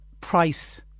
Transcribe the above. price